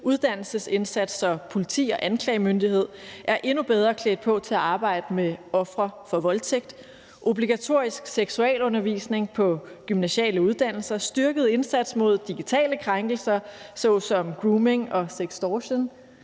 uddannelsesindsatser, så politi og anklagemyndighed er endnu bedre klædt på til at arbejde med ofre for voldtægt; obligatorisk seksualundervisning på gymnasiale uddannelser; en styrket indsats mod digitale krænkelser såsom grooming og sextortion;